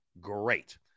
Great